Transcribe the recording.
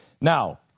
Now